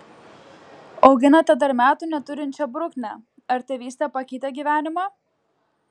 auginate dar metų neturinčią bruknę ar tėvystė pakeitė gyvenimą